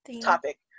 topic